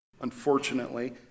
unfortunately